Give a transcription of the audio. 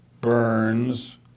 Burns